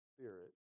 Spirit